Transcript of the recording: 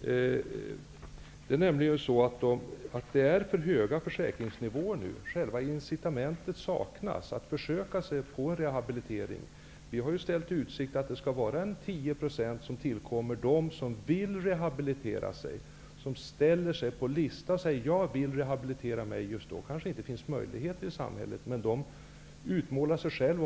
De nuvarande försäkringsnivåerna är för höga, och därför saknas incitament för den arbetsskadade att försöka sig på en rehabilitering. Vi har föreslagit ett 10-procentigt stimulansbidrag till dem som vill låta sig uppföras på en väntelista för rehabilitering. Det kanske inte finns möjligheter att omedelbart påbörja en rehabilitering, men jag tycker